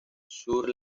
sur